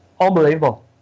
unbelievable